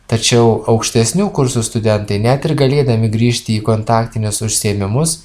tačiau aukštesnių kursų studentai net ir galėdami grįžti į kontaktinius užsiėmimus